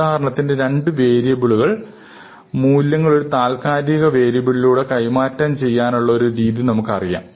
ഉദാഹരണത്തിന് രണ്ട് വേരിയബിളുകളിൽ മൂല്യങ്ങൾ ഒരു താൽക്കാലിക വേരിയബിളിലൂടെ കൈമാറ്റം ചെയ്യാനുള്ള ഒരു രീതി നമുക്ക് അറിയാം